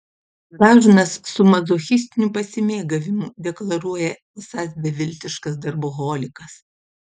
dažnas su mazochistiniu pasimėgavimu deklaruoja esąs beviltiškas darboholikas